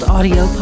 Audio